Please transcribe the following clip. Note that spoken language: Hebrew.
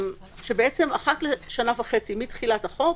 שאחת לשנה וחצי מתחילת החוק